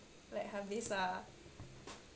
like habis ah